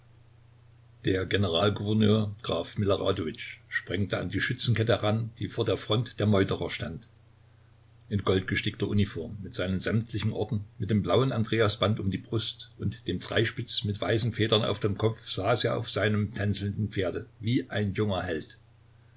der generalgouverneur graf miloradowitsch sprengte an die schützenkette heran die vor der front der meuterer stand in goldgestickter uniform mit seinen sämtlichen orden mit dem blauen andreasband um die brust und dem dreispitz mit weißen federn auf dem kopf saß er auf seinem tänzelnden pferde wie ein junger held